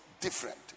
different